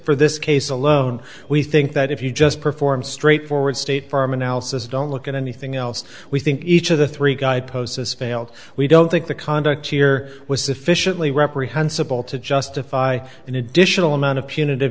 for this case alone we think that if you just perform straightforward state farm analysis don't look at anything else we think each of the three guy poses failed we don't think the conduct here was sufficiently reprehensible to justify an additional amount of